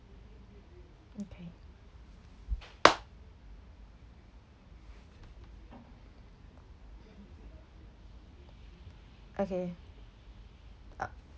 okay okay